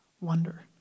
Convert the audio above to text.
wonder